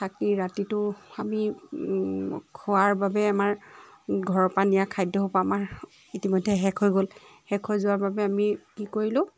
থাকি ৰাতিটো আমি খোৱাৰ বাবে আমাৰ ঘৰৰ পৰা নিয়া খাদ্যসোপা আমাৰ ইতিমধ্যে শেষ হৈ গ'ল শেষ হৈ যোৱা বাবে আমি কি কৰিলোঁ